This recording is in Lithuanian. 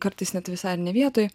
kartais net visai ir ne vietoj